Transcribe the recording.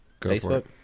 Facebook